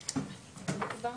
התחבורה.